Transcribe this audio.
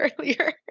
earlier